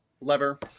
lever